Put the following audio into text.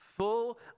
Full